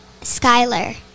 Skyler